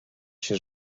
się